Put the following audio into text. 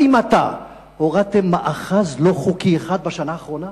האם אתם הורדתם מאחז לא חוקי אחד בשנה האחרונה?